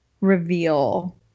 reveal